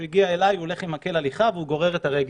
הוא הגיע אליי כשהוא הולך על מקל הליכה וגורר את הרגל.